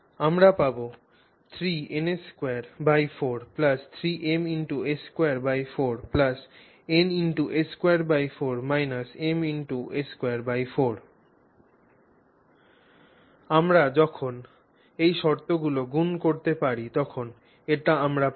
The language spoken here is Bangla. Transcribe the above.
আমরা পাব 3na24 3ma24 na24 ma24 আমরা যখন এই শর্তগুলি গুণ করতে পারি তখন এটিই আমরা পাব